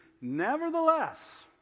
Nevertheless